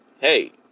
hey